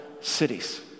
cities